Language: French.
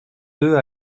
deux